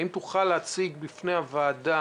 האם תוכל להציג בפני הוועדה